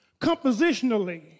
compositionally